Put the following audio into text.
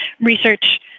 research